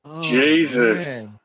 Jesus